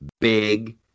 big